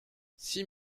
six